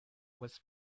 was